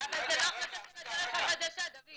זה לא החלטה של הדרך החדשה, דוד.